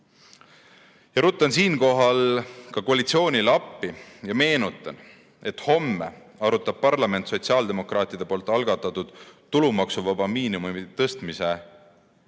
Ruttan siinkohal ka koalitsioonile appi ja meenutan, et homme arutab parlament sotsiaaldemokraatide algatatud tulumaksuvaba miinimumi alampalgani